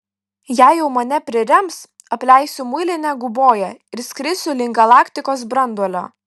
jei jau mane prirems apleisiu muilinę guboją ir skrisiu link galaktikos branduolio